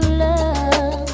love